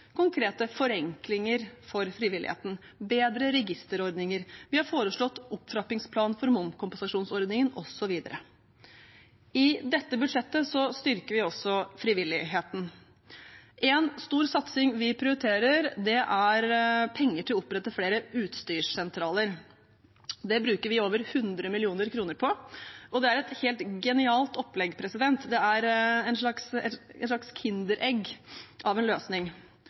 konkrete forenklinger for frivilligheten, bedre registerordninger, opptrappingsplan for momskompensasjonsordningen osv. I dette budsjettet styrker vi også frivilligheten. Én stor satsing vi prioriterer, er penger til å opprette flere utstyrssentraler. Det bruker vi over 100 mill. kr på, og det er et helt genialt opplegg. Det er et slags kinderegg av en løsning.